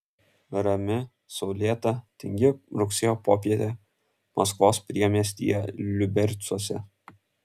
rami saulėta tingi rugsėjo popietė maskvos priemiestyje liubercuose